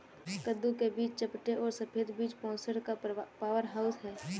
कद्दू के बीज चपटे और सफेद बीज पोषण का पावरहाउस हैं